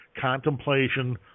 contemplation